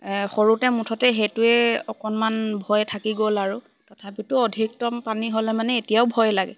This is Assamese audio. সৰুতে মুঠতে সেইটোৱে অকণমান ভয় থাকি গ'ল আৰু তথাপিতো অধিকতম পানী হ'লে মানে এতিয়াও ভয় লাগে